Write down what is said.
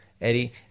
eddie